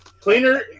Cleaner